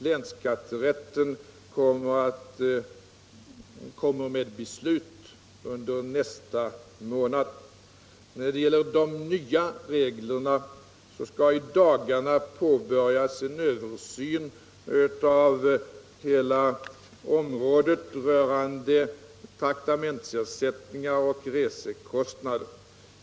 Länsskatterätten kommer med beslut i ärendet under nästa månad. Beträffande de nya reglerna skall i dagarna påbörjas en översyn av hela området rörande traktamentersättningar och resekostnader.